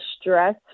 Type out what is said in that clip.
stress